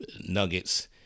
Nuggets